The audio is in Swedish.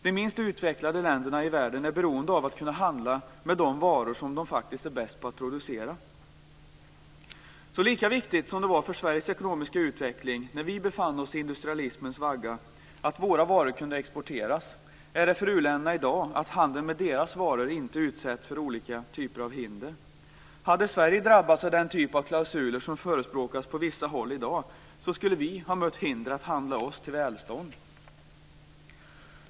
De minst utvecklade länderna i världen är beroende av att kunna handla med de varor som de faktiskt är bäst på att producera. Det var viktigt för Sveriges ekonomiska utveckling, när vi befann oss i industrialismens vagga, att våra varor kunde exporteras. Lika viktigt är det för uländerna att handeln med deras varor inte utsätts för olika typer av hinder. Om Sverige hade drabbats av den typ av klausuler som förespråkas på vissa håll i dag, skulle vi ha mött hinder att handla oss till välstånd.